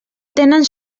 tenen